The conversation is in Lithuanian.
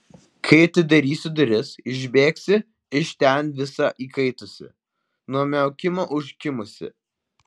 kai atidarysiu duris išbėgsi iš ten visa įkaitusi nuo miaukimo užkimusi